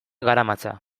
garamatza